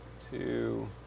Two